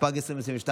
התשפ"ג 2022,